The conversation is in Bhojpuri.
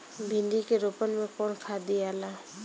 भिंदी के रोपन मे कौन खाद दियाला?